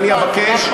ואני אבקש,